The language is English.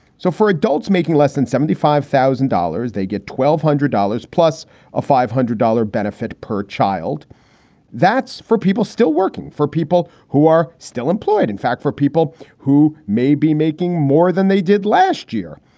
so for adults making less than seventy five thousand dollars, they get twelve hundred dollars plus a five hundred dollars benefit per child that's four people still working for people who are still employed, in fact, for people who may be making more than they did last year.